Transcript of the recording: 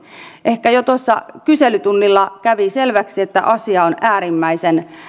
ehkä jo tuossa kyselytunnilla kävi selväksi että asia on äärimmäisen